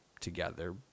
together